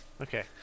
okay